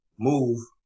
Move